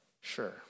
Sure